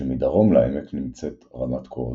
כשמדרום לעמק נמצאת רמת כורזים.